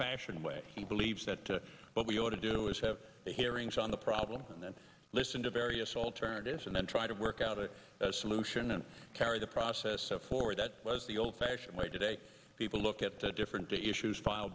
fashioned way he believes that to what we ought to do is have hearings on the problem and then listen to various alternatives and then try to work out a solution and carry the process forward that was the old fashioned way today people look at the different the issues pile